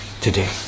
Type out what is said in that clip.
today